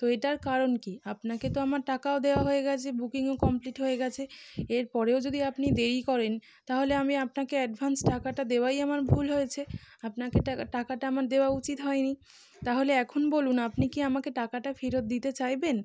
তো এটার কারণ কি আপনাকে তো আমার টাকাও দেওয়া হয়ে গেছে বুকিংও কমপ্লিট হয়ে গেছে এরপরেও যদি আপনি দেরি করেন তাহলে আমি আপনাকে অ্যাডভান্স টাকাটা দেওয়াই আমার ভুল হয়েছে আপনাকে টাকা টাকাটা আমার দেওয়া উচিত হয়নি তাহলে এখন বলুন আপনি কি আমাকে টাকাটা ফেরত দিতে চাইবেন